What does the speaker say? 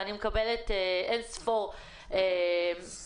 ואני מקבלת אין ספור טלפונים,